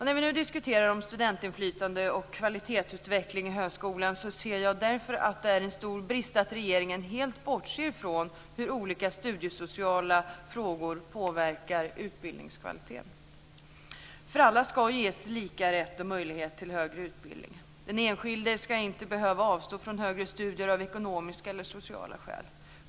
När vi nu diskuterar studentinflytande och kvalitetsutveckling i högskolan ser jag att det är en stor brist att regeringen helt bortser från hur olika studiesociala frågor påverkar utbildningskvaliteten. Alla ska ges lika rätt och möjlighet till högre utbildning. Den enskilde ska inte behöva avstå från högre studier av ekonomiska eller sociala skäl.